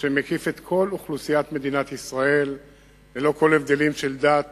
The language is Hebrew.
שמקיף את כל אוכלוסיית מדינת ישראל ללא הבדלים של דת,